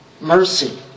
Mercy